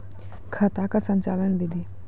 खाता का संचालन बिधि?